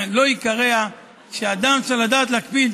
לא יקרע", שאדם צריך לדעת להקפיד